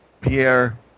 Pierre